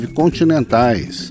continentais